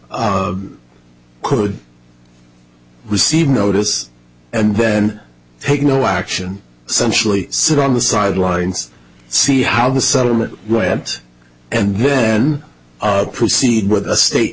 could receive notice and then take no action sensually sit on the sidelines see how the settlement went and then proceed with a state